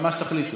מה שתחליטו.